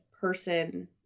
person